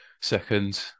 second